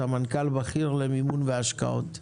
סמנכ"ל בכיר למימון ולהשקעות.